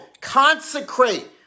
consecrate